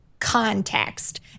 Context